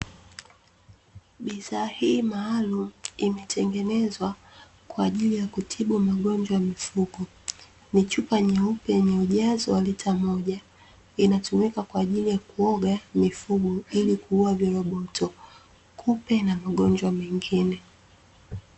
Bidhaa hii maalumu imetengenezwa kwa ajili ya kutibu magonjwa ya mifugo, ni chupa nyeupe yenye ujazo wa lita moja inatumika kwa ajili ya kuoga mifugo ili kuua viroboto, kupe na magonjwa mengine.